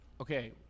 okay